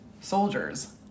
soldiers